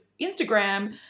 Instagram